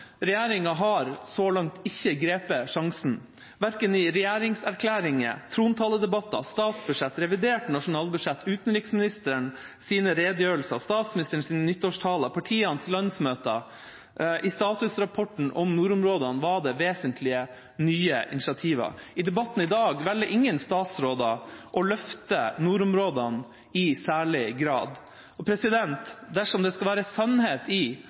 Regjeringa har så langt ikke grepet sjansen – verken i regjeringserklæringa, trontaledebatter, statsbudsjetter, reviderte nasjonalbudsjetter, utenriksministerens redegjørelser, statsministerens nyttårstaler, partienes landsmøter eller statusrapporten om nordområdene var det vesentlige nye initiativ. I debatten i dag velger ingen statsråder å løfte nordområdene i særlig grad. Dersom det skal være sannhet i